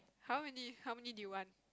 how many how many do you want